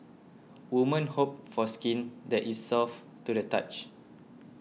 women hope for skin that is soft to the touch